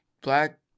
Black